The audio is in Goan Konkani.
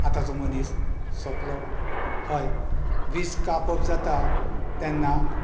आतांचो मनीस सोंपलों हय वीज कापप जाता तेन्ना